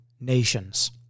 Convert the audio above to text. nations